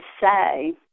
say